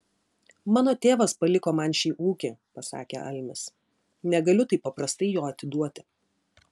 mano tėvas paliko man šį ūkį pasakė almis negaliu taip paprastai jo atiduoti